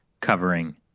covering